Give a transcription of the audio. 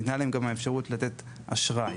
ניתנה להם גם האפשרות לתת אשראי